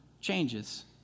changes